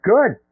Good